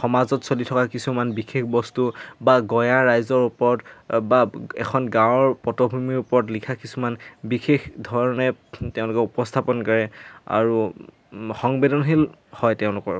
সমাজত চলি থকা কিছুমান বিশেষ বস্তু বা গঞা ৰাইজৰ ওপৰত বা এখন গাঁৱৰ পটভূমিৰ ওপৰত লিখা কিছুমান বিশেষ ধৰণে তেওঁলোকে উপস্থাপন কৰে আৰু সংবেদনশীল হয় তেওঁলোকৰ